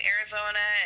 Arizona